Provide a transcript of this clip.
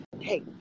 Hey